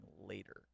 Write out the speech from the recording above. later